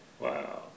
Wow